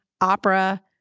opera